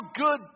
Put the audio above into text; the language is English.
good